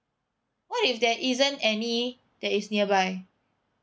what if there isn't any that is nearby